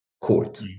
court